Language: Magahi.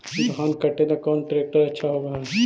धान कटे ला कौन ट्रैक्टर अच्छा होबा है?